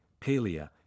palea